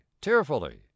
tearfully